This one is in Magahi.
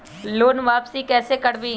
लोन वापसी कैसे करबी?